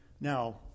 Now